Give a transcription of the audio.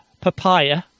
papaya